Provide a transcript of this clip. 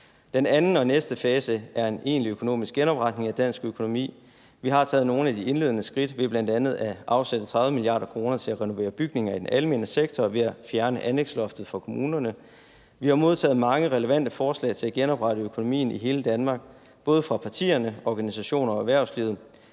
Den anden og næste fase er en egentlig økonomisk genopretning af dansk økonomi. Vi har taget nogle af de indledende skridt, bl.a ved at afsætte 30 mia. kr. til at renovere bygninger i den almene sektor for og ved at fjerne anlægsloftet for kommunerne. Vi har modtaget mange relevante forslag til at genoprette økonomien i hele Danmark, både fra partierne, organisationer og erhvervslivet,